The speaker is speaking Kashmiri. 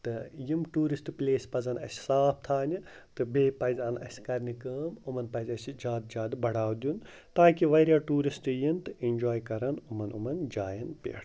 تہٕ یِم ٹوٗرِسٹ پٕلیس پَزَن اَسہِ صاف تھاونہِ تہٕ بیٚیہِ پَزَن اَسہِ کَرنہِ کٲم یِمَن پَزِ اَسہِ زیادٕ زیادٕ بَڑاو دیُن تاکہِ واریاہ ٹوٗرِسٹ یِن تہِ اٮ۪نجاے کَرَن یِمَن یِمَن جایَن پٮ۪ٹھ